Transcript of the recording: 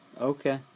Okay